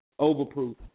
overproof